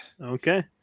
Okay